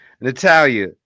Natalia